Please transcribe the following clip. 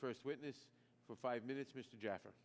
first witness for five minutes mr jaffer